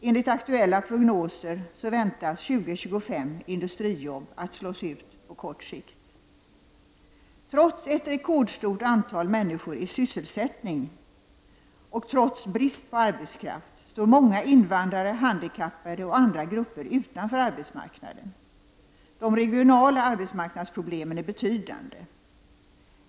Enligt aktuella prognoser väntas ett stort antal industrijobb att slås ut på kort sikt. Trots ett rekordstort antal människor i sysselsättning och brist på arbetskraft står många invandrare, handikappade och andra grupper utanför arbetsmarknaden. De regionala arbetsmarknadsproblemen är omfattande.